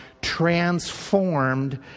transformed